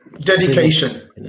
Dedication